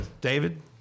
David